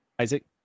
Isaac